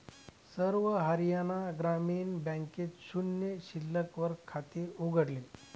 सर्व हरियाणा ग्रामीण बँकेत शून्य शिल्लक वर खाते उघडले